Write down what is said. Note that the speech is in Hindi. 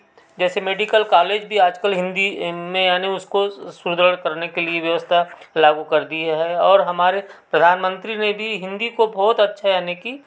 जैसे मेडिकल कालेज भी आज कल हिंदी में यानी उसको सुधार करने के लिए व्यवस्था लागू कर दिए हैं और हमारे प्रधानमंत्री ने दी हिंदी को बहुत अच्छा यानी कि